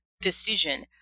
decision